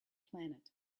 planet